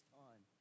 time